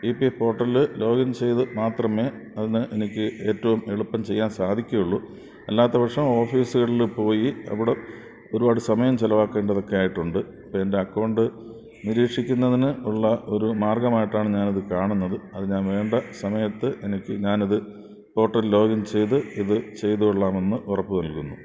E P F പോർട്ടലില് login ചെയ്ത് മാത്രമേ അതിന് എനിക്ക് ഏറ്റവും എളുപ്പം ചെയ്യാൻ സാധിക്കയുള്ളൂ അല്ലാത്തപക്ഷം ഓഫീസുകളില് പോയി അവിടെ ഒരുപാട് സമയം ചെലവാക്കേണ്ടതൊക്കെയായിട്ടുണ്ട് അപ്പോഴെന്റെ അക്കൗണ്ട് നിരീക്ഷിക്കുന്നതിന് ഉള്ള ഒരു മാർഗമായിട്ടാണ് ഞാനത് കാണുന്നത് അത് ഞാൻ വേണ്ട സമയത്ത് എനിക്ക് ഞാനത് പോർട്ടൽ ലോഗിൻ ചെയ്ത് ഇത് ചെയ്തുകൊള്ളാമെന്ന് ഉറപ്പ് നൽകുന്നു